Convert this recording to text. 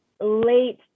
late